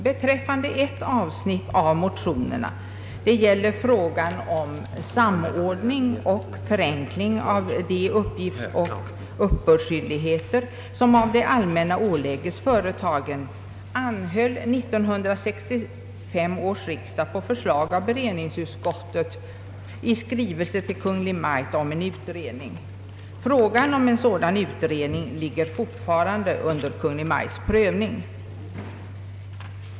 Beträffande ett avsnitt av motionerna — det gäller samordning och förenkling av de uppgiftsoch uppbördsskyldigheter som av det allmänna åläggs företagen — anhöll 1965 års riksdag på förslag av beredningsutskottet i skrivelse till Kungl. Maj:t om en utredning. Frågan om en sådan utredning ligger fortfarande under Kungl. Maj:ts prövning.